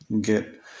get